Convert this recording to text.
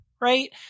right